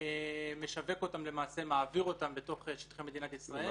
ומשווק אותן למעשה, מעביר אותן בשטחי מדינת ישראל.